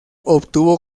obtuvo